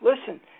Listen